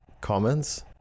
comments